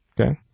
Okay